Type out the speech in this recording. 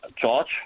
George